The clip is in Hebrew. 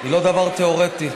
היא לא דבר תיאורטי.